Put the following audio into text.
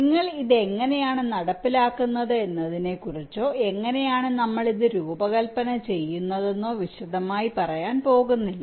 നിങ്ങൾ ഇത് എങ്ങനെയാണ് നടപ്പിലാക്കുന്നത് എന്നതിനെക്കുറിച്ചോ എങ്ങനെയാണ് നമ്മൾ ഇത് രൂപകൽപ്പന ചെയ്യുന്നതെന്നോ വിശദമായി പറയാൻ പോകുന്നില്ല